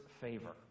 favor